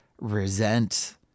resent